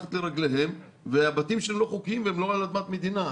מתחת לרגליהם והבתים שלהם לא חוקיים והם לא על אדמת מדינה.